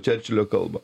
čerčilio kalbą